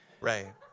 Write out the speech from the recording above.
Right